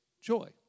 joy